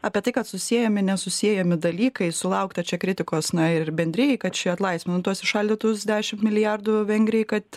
apie tai kad susiejami nesusiejami dalykai sulaukta čia kritikos na ir bendrijai kad ši atlaisvino tuos įšaldytus dešim milijardų vengrijai kad